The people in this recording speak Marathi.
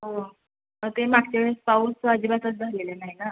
हो ते मागच्या वेळेस पाऊस तर अजिबातच झालेला नाही ना